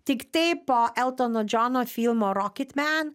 tik tai po eltono džono filmo roketmen